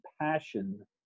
passion